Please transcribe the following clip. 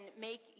make